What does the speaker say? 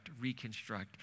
reconstruct